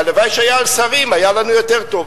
הלוואי שהיה על שרים, היה לנו יותר טוב.